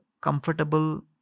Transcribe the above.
comfortable